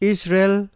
Israel